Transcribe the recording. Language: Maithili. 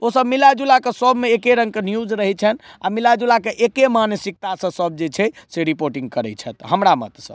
ओ सभ मिला जुलाकऽ सभमे लगभग एके रङ्गके न्युज रहै छनि आ मिला जुलाकेँ एके मानसिकतासँ सभ जे छै से रिपोर्टिंग करै छथि हमरा मतसँ